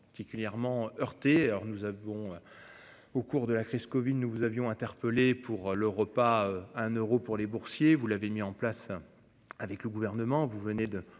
est clairement heurté. Alors nous avons. Au cours de la crise Covid. Nous vous avions interpellée pour le repas, 1 euros pour les boursiers, vous l'avez mis en place. Avec le gouvernement. Vous venez de